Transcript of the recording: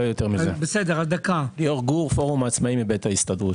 אני מפורום העצמאים מבית ההסתדרות.